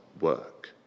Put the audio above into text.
work